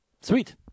Sweet